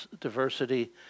diversity